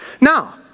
Now